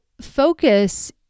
focus